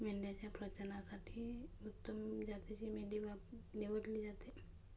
मेंढ्यांच्या प्रजननासाठी उत्तम जातीची मेंढी निवडली जाते